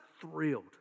thrilled